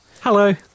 hello